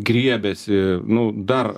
griebiasi nu dar